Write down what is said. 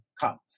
comes